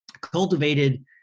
cultivated